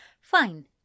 Fine